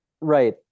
Right